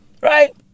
Right